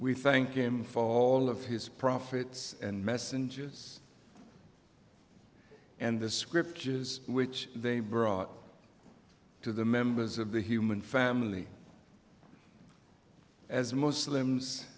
we thank him for all of his prophets and messengers and the scriptures which they brought to the members of the human family as muslims